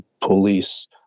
police